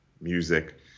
music